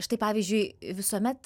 štai pavyzdžiui visuomet